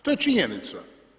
To je činjenica.